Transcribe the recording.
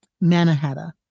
Manhattan